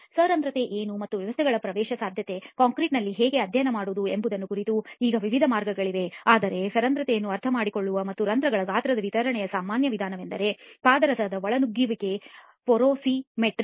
ಸರಂಧ್ರತೆ ಏನು ಮತ್ತು ವ್ಯವಸ್ಥೆಗಳ ಪ್ರವೇಶಸಾಧ್ಯತೆಯನ್ನು ಕಾಂಕ್ರೀಟ್ ನಲ್ಲಿ ಹೇಗೆ ಅಧ್ಯಯನ ಮಾಡುವುದು ಎಂಬುದರ ಕುರಿತು ಈಗ ವಿವಿಧ ಮಾರ್ಗಗಳಿವೆ ಆದರೆ ಸರಂಧ್ರತೆಯನ್ನು ಅರ್ಥಮಾಡಿಕೊಳ್ಳುವ ಮತ್ತು ರಂಧ್ರಗಳ ಗಾತ್ರದ ವಿತರಣೆಯ ಸಾಮಾನ್ಯ ವಿಧಾನವೆಂದರೆ ಪಾದರಸದ ಒಳನುಗ್ಗುವಿಕೆ ಪೊರೊಸಿಮೆಟ್ರಿ